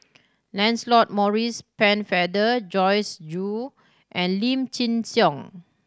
Lancelot Maurice Pennefather Joyce Jue and Lim Chin Siong